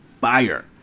fire